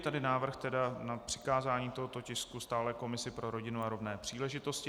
Je tady návrh tedy na přikázání tohoto tisku stálé komisi pro rodinu a rovné příležitosti.